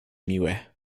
miłe